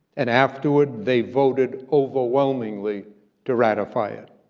and afterward they voted overwhelmingly to ratify it.